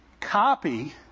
copy